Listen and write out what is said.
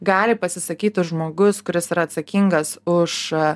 gali pasisakyti žmogus kuris yra atsakingas už